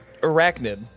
arachnid